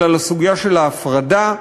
אלא לסוגיה של ההפרדה,